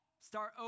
Start